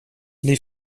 les